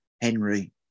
Henry